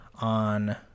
on